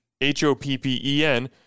H-O-P-P-E-N